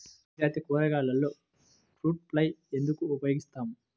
తీగజాతి కూరగాయలలో fruit fly ఎందుకు ఉపయోగిస్తాము?